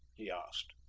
he asked.